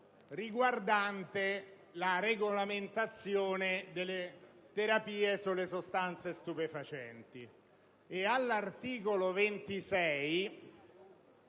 riguardante la regolamentazione delle terapie con sostanze stupefacenti. All'articolo 26